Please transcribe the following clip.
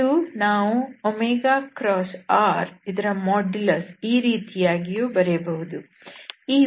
ಇದನ್ನು ನಾವು rಈ ರೀತಿಯಾಗಿ ಬರೆಯಬಹುದು